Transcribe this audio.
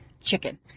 chicken